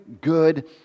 good